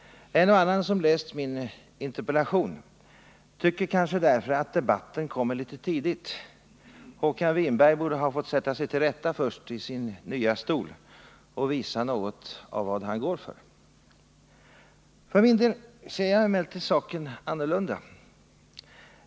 En och annan som läst min interpellation tycker kanske därför att debatten kommer litet tidigt. Håkan Winberg borde först ha fått sätta sig till rätta i sin nya stol och visa något av vad han går för. För min del ser jag emellertid saken annorlunda.